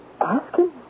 asking